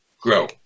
grow